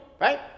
right